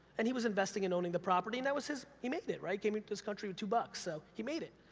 and he was investing and owning the property and that was his, he made it, right? came into this country with two bucks, so, he made it!